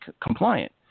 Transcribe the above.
compliant